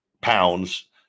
pounds